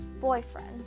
boyfriend